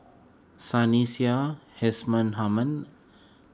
Sunny Sia Husman Aman